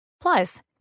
plus